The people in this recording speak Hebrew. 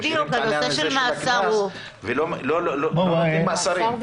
אז מטילים את העניין הזה של הקנס ולא מטילים מאסרים.